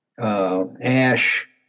Ash